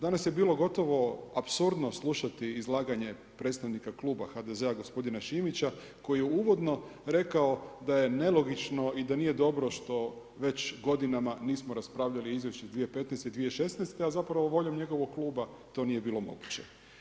Danas je bilo gotovo apsurdno slušati izlaganje predstavnika Kluba HDZ-a, gospodina Šimića, koji je uvodno rekao da je nelogično i da nije dobro što već godinama, nismo raspravljali o izvješću 2015., 2016. a zapravo voljom njegovog kluba to nije bilo moguće.